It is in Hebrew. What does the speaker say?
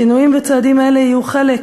שינויים וצעדים אלה יהיו חלק